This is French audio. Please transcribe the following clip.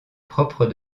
propre